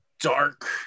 dark